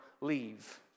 leave